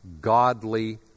godly